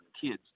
kids